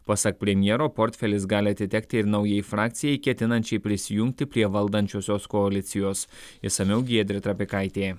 pasak premjero portfelis gali atitekti ir naujai frakcijai ketinančiai prisijungti prie valdančiosios koalicijos išsamiau giedrė trapikaitė